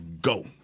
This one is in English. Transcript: go